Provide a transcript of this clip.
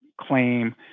claim